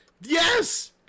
Yes